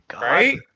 Right